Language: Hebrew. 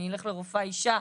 אני אלך לרופאה אישה.